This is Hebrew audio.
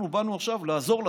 אנחנו באנו עכשיו לעזור לכם,